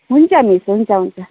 हुन्छ मिस हुन्छ हुन्छ